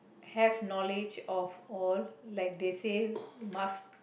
have knowledge of all like they say must